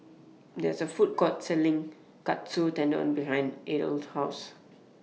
There IS A Food Court Selling Katsu Tendon behind Adel's House